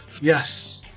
yes